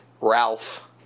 Ralph